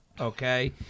okay